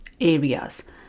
areas